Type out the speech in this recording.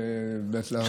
רק משרד התחבורה.